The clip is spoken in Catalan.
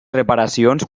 reparacions